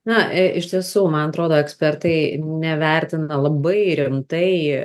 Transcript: na ė iš tiesų man atrodo ekspertai nevertina labai rimtai